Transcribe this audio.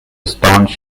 staunch